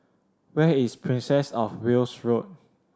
where is Princess Of Wales Road